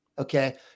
Okay